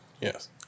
Yes